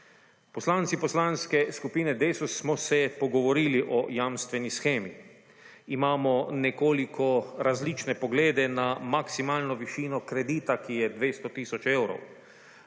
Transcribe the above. Poslanci Poslanske skupine DeSUS smo se pogovorili o jamstveni shemi. Imamo nekoliko različne poglede na maksimalno višino kredita, ki je 65. TRAK: (SB)